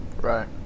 Right